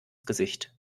gesicht